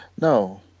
No